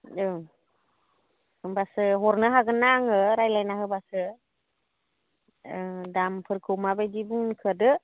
ओं होम्बासो हरनो हागोन ना आङो रायज्लायना होबासो दामफोरखौ माबायदि बुङो होदो